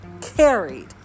carried